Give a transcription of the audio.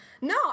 No